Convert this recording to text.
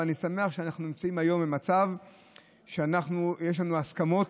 ואני שמח שאנחנו נמצאים היום במצב שיש לנו הסכמות.